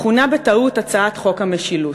מכונה בטעות: הצעת חוק המשילות.